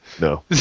No